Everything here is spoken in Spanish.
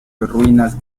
ruinas